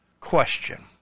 question